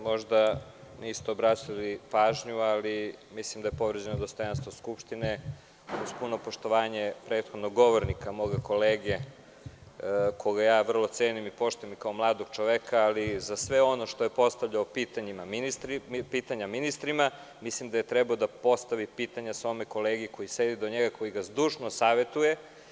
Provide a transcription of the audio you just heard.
Možda niste obratili pažnju, ali mislim da je povređeno dostojanstvo Skupštine, uz puno poštovanje mog prethodnog govornika, mog kolege koga ja vrlo cenim i poštujem i kao mladog čoveka, ali za sve ono što je postavljao pitanja ministrima, mislim da je trebalo da postavi pitanja svom kolegi koji sedi do njega, koji ga zdušno savetuje.